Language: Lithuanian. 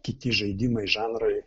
kiti žaidimai žanrai